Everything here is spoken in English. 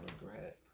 regret